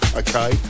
okay